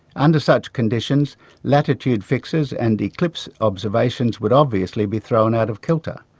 under such conditions latitude fixes and eclipse observations would obviously be thrown out of kilter.